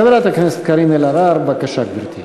חברת הכנסת קארין אלהרר, בבקשה, גברתי.